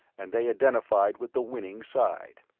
and they identified with the winning side.